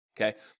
Okay